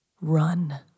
Run